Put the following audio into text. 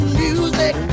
music